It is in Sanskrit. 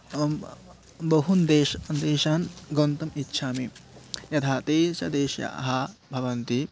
आम् बहून् देश् देशान् गन्तुम् इच्छामि यथा देश देशाः भवन्ति